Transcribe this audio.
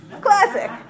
Classic